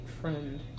friend